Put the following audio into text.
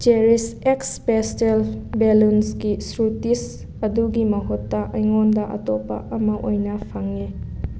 cherries ꯑꯦꯛꯁ pastel balloons ꯀꯤ ꯁ꯭ꯔꯨꯇꯤꯁ ꯑꯗꯨꯒꯤ ꯃꯍꯨꯠꯇ ꯑꯩꯉꯣꯟꯗ ꯑꯇꯣꯞꯄ ꯑꯃ ꯑꯣꯏꯅ ꯐꯪꯉꯦ